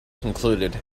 concluded